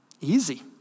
easy